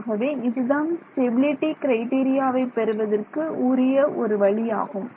ஆகவே இதுதான் ஸ்டெபிலிட்டி க்ரைடீரியாவை பெறுவதற்கு உரிய ஒரு வழியாகும்